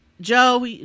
Joe